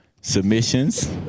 submissions